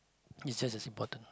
it's just as important